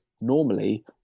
normally